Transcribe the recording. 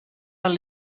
del